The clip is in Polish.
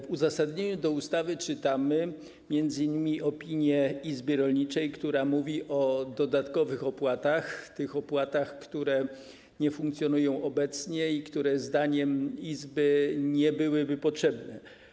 W uzasadnieniu ustawy czytamy m.in. opinię Izby Rolniczej, w której jest mowa o dodatkowych opłatach, tych, które nie funkcjonują obecnie i które, zdaniem izby, nie byłyby potrzebne.